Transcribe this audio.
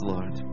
Lord